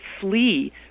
flee